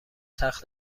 تخت